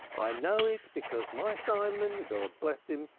i know it because my simon, god bless him,